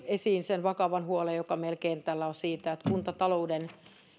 esiin sen vakavan huolen joka meillä kentällä on siitä että kuntatalouden